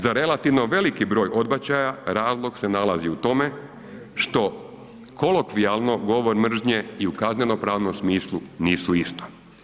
Za relativno veliki broj odbačaja razlog se nalazi u tome što kolokvijalno govor mržnje i u kazneno pravnom smislu nisu isto.